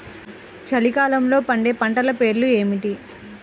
చలికాలంలో పండే పంటల పేర్లు ఏమిటీ?